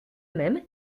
même